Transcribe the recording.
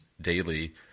daily